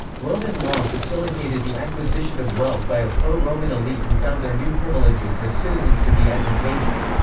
roman law facilitated the acquisition of wealth by a pro-roman elite who found their new privileges as citizens to be advantageous.